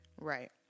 Right